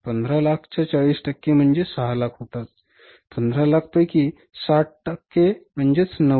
1500000 चे 40 टक्के म्हणजे 600000 आहे 1500000 पैकी 60 टक्के 900000